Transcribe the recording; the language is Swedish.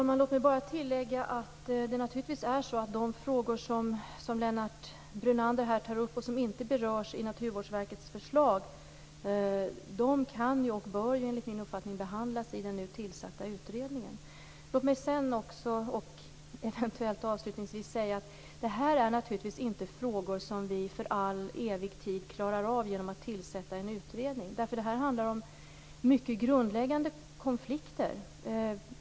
Fru talman! De frågor som Lennart Brunander tar upp och som inte berörs i Naturvårdsverkets förslag kan och bör behandlas i den nu tillsatta utredningen. Låt mig också säga att det naturligtvis inte är frågor som vi klarar av för all evig tid genom att tillsätta en utredning. Det handlar om mycket grundläggande konflikter.